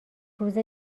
روز